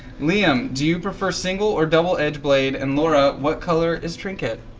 liam, do you prefer single or double-edged blade, and laura, what color is trinket?